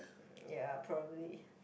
ya probably